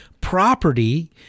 property